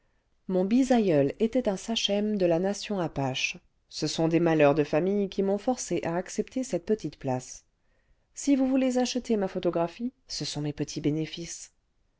mon bisaïeul était un sachem de la nation apache ce sont des malheurs de famille qui m'ont forcé à accepter cette petite place si vous voulez acheter ma photographie ce sont mes petits bénéfices